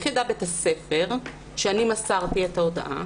איך יידע בית הספר שאני מסרתי את ההדועה?